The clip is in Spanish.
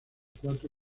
cuatro